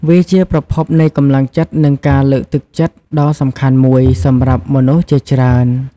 វាជាប្រភពនៃកម្លាំងចិត្តនិងការលើកទឹកចិត្តដ៏សំខាន់មួយសម្រាប់មនុស្សជាច្រើន។